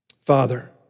Father